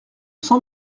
san